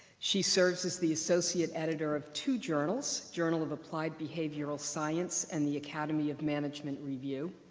she serves as the associate editor of two journals, journal of applied behavioral science and the academy of management review.